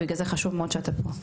ובגלל זה חשוב מאוד שאתה פה,